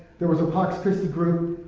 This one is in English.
there was a pax christi group,